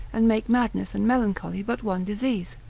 and make madness and melancholy but one disease,